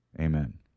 Amen